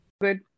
Good